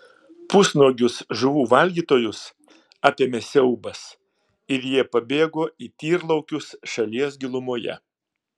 pusnuogius žuvų valgytojus apėmė siaubas ir jie pabėgo į tyrlaukius šalies gilumoje